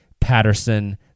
Patterson